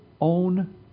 own